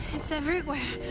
it's everywhere. oh